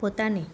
પોતાની